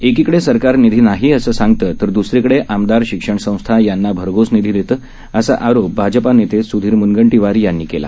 एकीकडेसरकारनिधीनाहीअसंसांगतं तरद्सरीकडेआमदार शिक्षणसंस्थायांनाभरघोसनिधीदेतं असाआरोपभाजपानेतेस्धीरम्नगंटीवारयांनीकेला